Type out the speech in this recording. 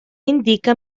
indica